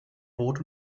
rot